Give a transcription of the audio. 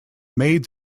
made